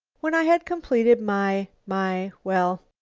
when i had completed my my well,